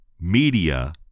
media